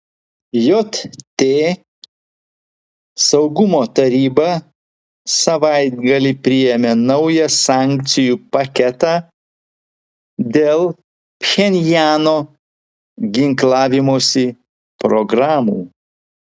jt saugumo taryba savaitgalį priėmė naują sankcijų paketą dėl pchenjano ginklavimosi programų